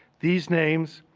these names,